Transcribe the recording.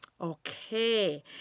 Okay